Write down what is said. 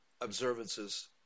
observances